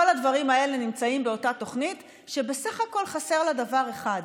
כל הדברים האלה נמצאים באותה תוכנית שבסך הכול חסר בה דבר אחד: